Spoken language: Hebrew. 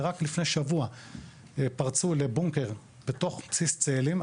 ורק לפני שבוע פרצו לבונקר בתוך בסיס צאלים.